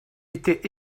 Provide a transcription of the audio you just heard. était